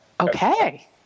Okay